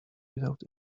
without